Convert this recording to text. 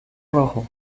rojo